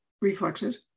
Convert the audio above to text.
reflexes